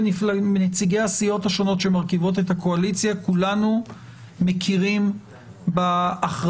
נציגי הסיעות השונות שמרכיבות את הקואליציה כולנו מכירים באחריות